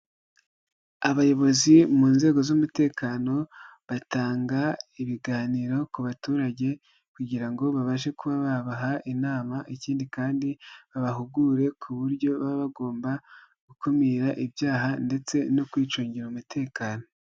Abayobozi mu nzego z'umutekano batanga ibiganiro ku baturage kugira ngo babashe kuba babaha inama ikindi kandi babahugure ku buryo baba bagomba gukumira ibyaha ndetse no kwicungira umutekano.